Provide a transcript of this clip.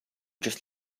just